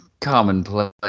commonplace